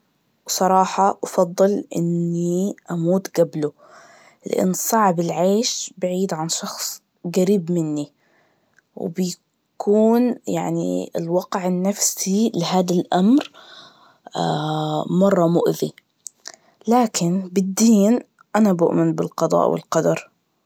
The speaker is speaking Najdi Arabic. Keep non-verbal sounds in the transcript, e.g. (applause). صراحة أفضل إني أموت قبله, لأن صعب العيش بعيد عن شخص قريب مني, وبيكون يعني الوقع النفسي لهاد الأمر (hesitation) مرة مؤذي, لكن بالدين, أنا بؤمن بالقضاء والقدر